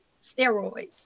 steroids